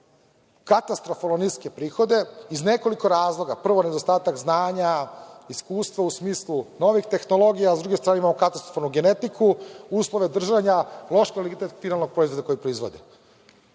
katastrofalno niske prihode, iz nekoliko razloga. Prvo, nedostatak znanja, iskustva u smislu novih tehnologija, a s druge strane imamo katastrofalnu genetiku, uslove držanja, loš kvalitet finalnog proizvoda koji proizvode.